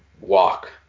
walk